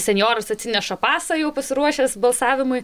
senjoras atsineša pasą jau pasiruošęs balsavimui